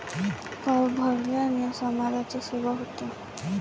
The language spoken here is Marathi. कर भरण्याने समाजाची सेवा होते